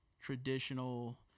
traditional